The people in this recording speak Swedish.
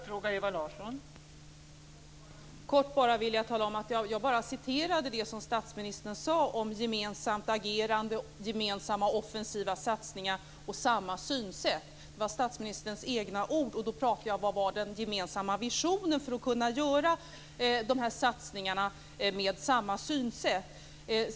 Fru talman! Jag vill bara tala om att jag citerade det som statsministern sade om gemensamt agerande, gemensamma offensiva satsningar och samma synsätt. Det var statsministerns egna ord, och då frågade jag vad den gemensamma visionen var för att man skall kunna göra dessa satsningar med samma synsätt.